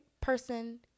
person